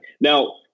Now